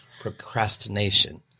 procrastination